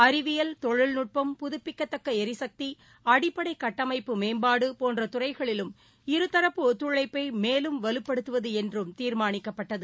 அறிவியல் தொழில்நுட்பம் புதுப்பிக்கத்தக்க எரிசக்தி அடிப்படை கட்டமைப்பு மேம்பாடு போன்ற துறைகளிலும் இருதரப்பு ஒத்துழைப்பை மேலும் வலுப்படுத்துவது என்றும் தீர்மானிக்கப்பட்டது